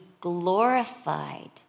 glorified